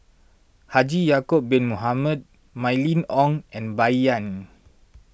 Haji Ya'Acob Bin Mohamed Mylene Ong and Bai Yan